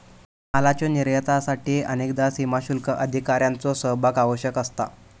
मालाच्यो निर्यातीसाठी अनेकदा सीमाशुल्क अधिकाऱ्यांचो सहभाग आवश्यक असता